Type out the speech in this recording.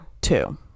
Two